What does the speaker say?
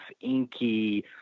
inky